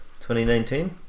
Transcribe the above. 2019